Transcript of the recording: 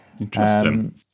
Interesting